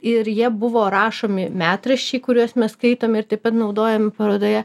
ir jie buvo rašomi metraščiai kuriuos mes skaitom ir taip pat naudojam parodoje